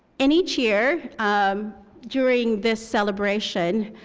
and each year um during this celebration,